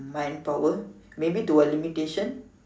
mind power maybe to a limitation